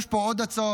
יש פה עוד הצעות.